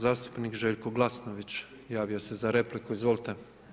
Zastupnik Željko Glasnović javio se za repliku, izvolite.